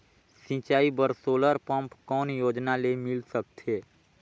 सिंचाई बर solar pump कौन योजना ले मिल सकथे?